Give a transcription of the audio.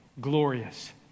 glorious